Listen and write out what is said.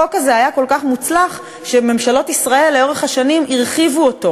החוק הזה היה כל כך מוצלח שממשלות ישראל לאורך השנים הרחיבו אותו